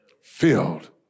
filled